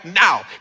now